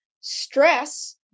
stress